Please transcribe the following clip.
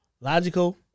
logical